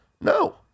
No